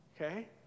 Okay